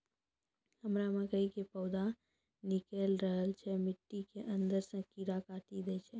हमरा मकई के पौधा निकैल रहल छै मिट्टी के अंदरे से कीड़ा काटी दै छै?